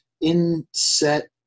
inset